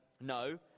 No